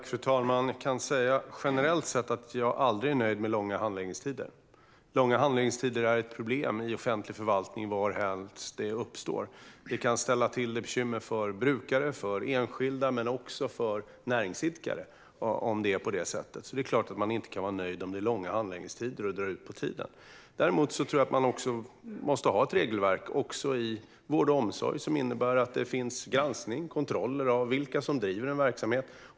Fru talman! Jag kan säga att jag generellt sett aldrig är nöjd med långa handläggningstider. Långa handläggningstider är ett problem i offentlig förvaltning varhelst de uppstår. De kan ställa till bekymmer för brukare och för enskilda, men också för näringsidkare. Så det är klart att man inte kan vara nöjd om det är långa handläggningstider och det drar ut på tiden. Däremot tror jag att man måste ha ett regelverk också i vård och omsorg, som innebär att det sker en granskning och kontroller av vilka som driver en verksamhet.